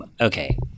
Okay